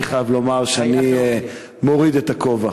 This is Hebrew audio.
אני חייב לומר שאני מוריד את הכובע